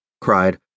cried